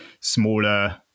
smaller